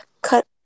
cut